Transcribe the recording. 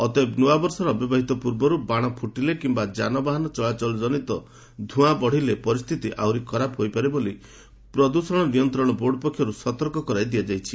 ଅତଏବ ନୂଆବର୍ଷର ଅବ୍ୟବହିତ ପୂର୍ବରୁ ବାଣ ଫୁଟିଲେ କିମ୍ବା ଯାନବାହାନ ଚଳାଚଳ ଜନିତ ଧୂଆଁ ବଢ଼ିଲେ ପରିସ୍ଥିତି ଆହୁରି ଖରାପ ହୋଇପାରେ ବୋଲି ପ୍ରଦୂଷଣ ନିୟନ୍ତ୍ରଣ ବୋର୍ଡ ପକ୍ଷରୁ ସତର୍କ କରାଇ ଦିଆଯାଇଛି